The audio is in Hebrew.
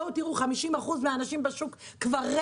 50% מהאנשים בשוק כבר לא נמצאים,